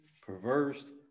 perverse